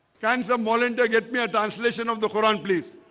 can some molander get me a translation of the quran, please